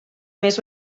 més